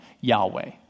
Yahweh